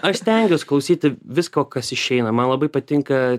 aš stengiuos klausyti visko kas išeina man labai patinka